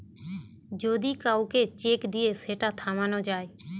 যদি কাউকে চেক দিয়ে সেটা থামানো যায়